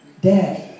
dad